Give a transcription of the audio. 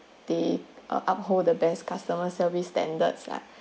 they uh uphold the best customer service standards lah